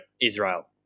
Israel